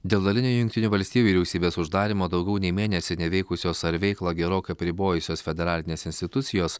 dėl dalinio jungtinių valstijų vyriausybės uždarymo daugiau nei mėnesį neveikusios ar veiklą gerokai apribojusios federalinės institucijos